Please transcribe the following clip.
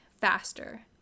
faster